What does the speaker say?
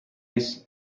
reason